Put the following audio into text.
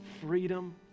freedom